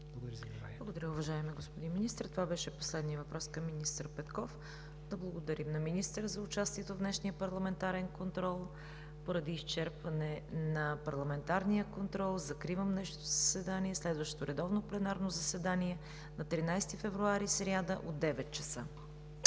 Благодаря, уважаеми господин Министър. Това беше последният въпрос към министър Петков. Да благодарим на министъра за участието в днешния парламентарен контрол. Поради изчерпване на парламентарния контрол закривам днешното заседание. Следващото редовно пленарно заседание е на 13 февруари, сряда, от 9,00 ч.